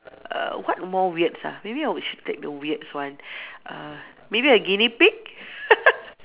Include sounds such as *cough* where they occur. err what more weird ah maybe I would should take the weird ones uh maybe a Guinea pig *laughs*